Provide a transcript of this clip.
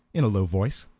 in a low voice,